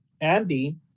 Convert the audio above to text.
Andy